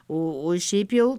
o o šiaip jau